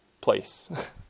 place